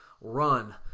run